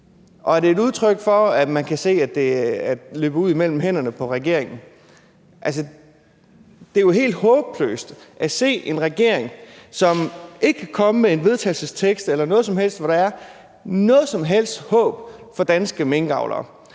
Og er det et udtryk for, at man kan se, at det er ved at glide regeringen af hænde? Det er jo helt håbløst at se en regering, som ikke kan komme med et forslag til vedtagelse eller noget som helst andet, som kan give håb for danske minkavlere,